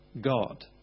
God